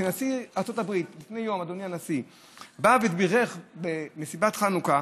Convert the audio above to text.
כשנשיא ארצות הברית בא ובירך במסיבת חנוכה,